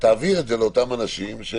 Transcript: תעביר את זה לאותם אנשים.